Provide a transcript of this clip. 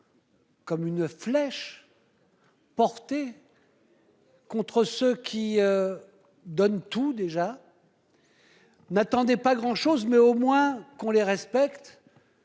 comme une flèche portée contre ceux qui donnent tout et n'attendaient pas grand-chose sinon qu'on les respecte,